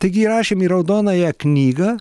taigi įrašėm į raudonąją knygą